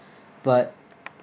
but